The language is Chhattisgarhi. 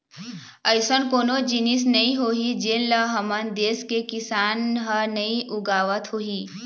अइसन कोनो जिनिस नइ होही जेन ल हमर देस के किसान ह नइ उगावत होही